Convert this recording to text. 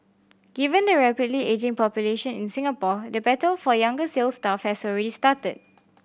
given the rapidly ageing population in Singapore the battle for younger sales staff has already started